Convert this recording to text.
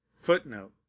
footnote